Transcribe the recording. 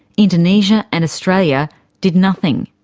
indonesia and australia did nothing.